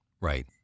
right